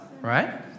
right